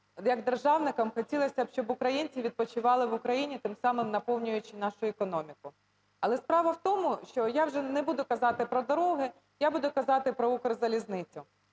як державникам хотілося б, щоб українці відпочивали в Україні, тим самим наповнюючи нашу економіку. Але справа в тому, що я вже не буду казати про дороги, я буду казати про "Укрзалізницю".